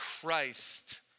Christ